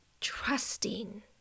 trusting